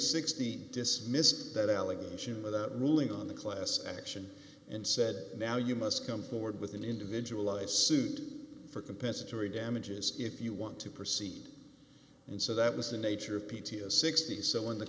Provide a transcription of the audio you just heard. sixty dismissed that allegation with a ruling on the class action and said now you must come forward with an individual a suit for compensatory damages if you want to proceed and so that was the nature of p t s sixty so in the